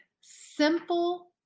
simple